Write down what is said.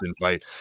invite